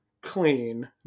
clean